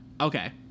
Okay